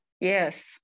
yes